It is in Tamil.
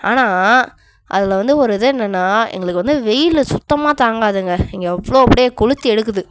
ஆனால் அதில் வந்து ஒரு இது என்னென்னால் எங்களுக்கு வந்து வெயில் சுத்தமாக தாங்காதுங்க இங்கே அவ்வளோ அப்படியே கொளுத்தி எடுக்குது